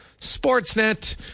Sportsnet